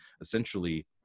essentially